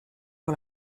sur